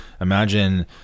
imagine